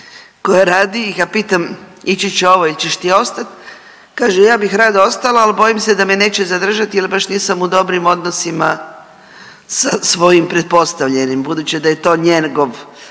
koja radi i ja pitam ići će ovo ili ćeš ostat, kaže ja bih rado ostala, al bojim se da me neće zadržati jel baš nisam u dobrim odnosima sa svojim pretpostavljenim, budući da je to njegov